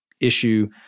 issue